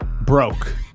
broke